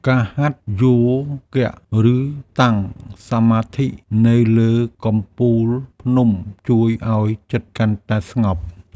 ការហាត់យោគៈ ឬតាំងសមាធិនៅលើកំពូលភ្នំជួយឱ្យចិត្តកាន់តែស្ងប់។